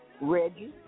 Reggie